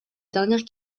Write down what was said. dernière